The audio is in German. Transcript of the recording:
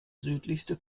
südlichste